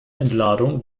entladung